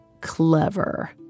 Clever